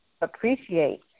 appreciate